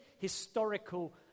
historical